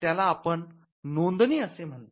त्याला आपण नोंदणी असे म्हणतो